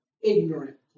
ignorant